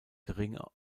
gering